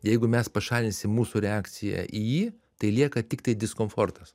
jeigu mes pašalinsim mūsų reakciją į jį tai lieka tiktai diskomfortas